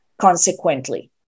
consequently